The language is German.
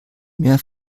mehr